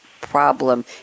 problem